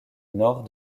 nord